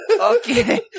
Okay